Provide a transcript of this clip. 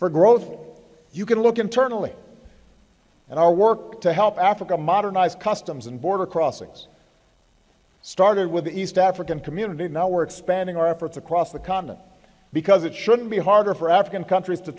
for growth you can look internally and our work to help africa modernize customs and border crossings started with the east african community and now we're expanding our efforts across the continent because it shouldn't be harder for african countries to